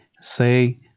Say